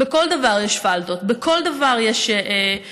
בכל דבר יש פאלטות, בכל דבר יש סיכוי